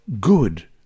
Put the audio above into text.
good